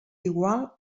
igual